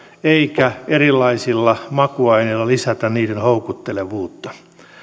eikä erilaisilla makuaineilla lisätä niiden houkuttelevuutta